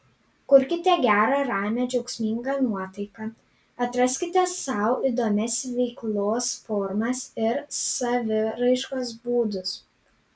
kurkite gerą ramią džiaugsmingą nuotaiką atraskite sau įdomias veiklos formas ir saviraiškos būdus